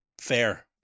Fair